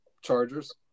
Chargers